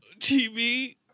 TV